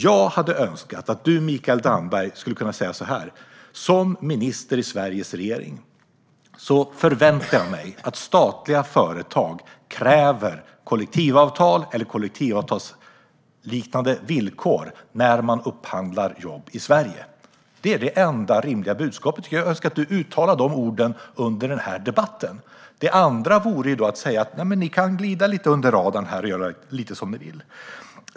Jag hade önskat att Mikael Damberg skulle säga så här: Som minister i Sveriges regering förväntar jag mig att statliga företag kräver kollektivavtal eller kollektivavtalsliknande villkor när man upphandlar jobb i Sverige. Det är det enda rimliga budskapet, och jag skulle önska att Mikael Damberg uttalade det under den här debatten. Något annat vore att säga nej men, ni kan glida lite under radarn och göra lite som ni vill.